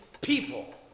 people